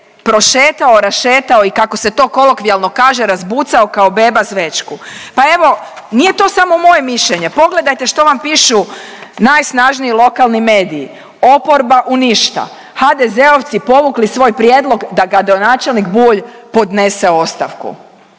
prošetao, rašetao i kako se to kolokvijalno kaže razbucao kao beba zvečku. Pa evo nije to samo moje mišljenje. Pogledajte što vam pišu najsnažniji lokalniji mediji. Oporba u ništa, HDZ-ovci povukli svoj prijedlog da gradonačelnik Bulj podnese ostavku.